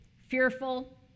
fearful